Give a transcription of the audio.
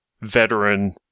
veteran